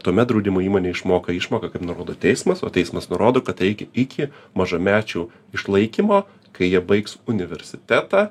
tuomet draudimo įmonė išmoka išmoką kaip nurodo teismas o teismas nurodo kad reikia iki mažamečių išlaikymo kai jie baigs universitetą